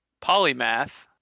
Polymath